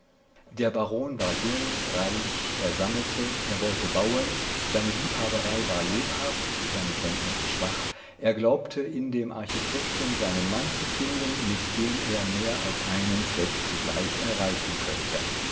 der baron war jung reich er sammelte er wollte bauen seine liebhaberei war lebhaft seine kenntnisse schwach er glaubte in dem architekten seinen mann zu finden mit dem er mehr als einen zweck zugleich erreichen könnte